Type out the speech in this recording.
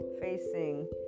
facing